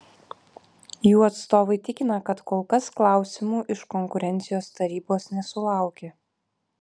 jų atstovai tikina kad kol kas klausimų iš konkurencijos tarybos nesulaukė